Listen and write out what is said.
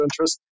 interest